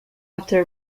after